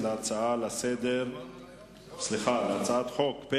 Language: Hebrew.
אני קובע כי הצעת חוק כלי הירייה (תיקון,